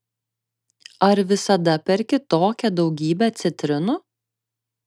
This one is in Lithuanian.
ar visada perki tokią daugybę citrinų